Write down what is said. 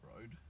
road